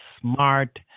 smart